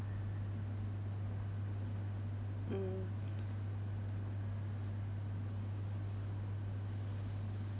mm